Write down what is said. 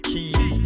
Keys